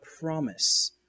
promise